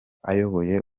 ayoboye